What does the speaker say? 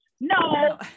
No